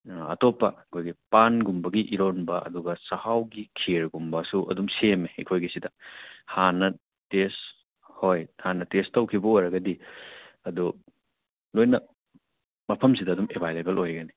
ꯑꯇꯣꯞꯄ ꯑꯩꯈꯣꯏꯒꯤ ꯄꯥꯟꯒꯨꯝꯕꯒꯤ ꯏꯔꯣꯟꯕ ꯑꯗꯨꯒ ꯆꯥꯛꯍꯥꯎꯒꯤ ꯈꯦꯔꯒꯨꯝꯕꯁꯨ ꯑꯗꯨꯝ ꯁꯦꯝꯃꯦ ꯑꯩꯈꯣꯏꯒꯤꯁꯤꯗ ꯍꯥꯟꯅ ꯇꯦꯁ ꯍꯣꯏ ꯍꯥꯟꯅ ꯇꯦꯁ ꯇꯧꯈꯤꯕ ꯑꯣꯏꯔꯒꯗꯤ ꯑꯗꯨ ꯂꯣꯏꯅ ꯃꯐꯝꯁꯤꯗ ꯑꯗꯨꯝ ꯑꯦꯚꯥꯏꯂꯦꯕꯜ ꯑꯣꯏꯒꯅꯤ